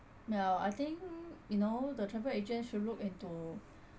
no I think you know the travel agent should look into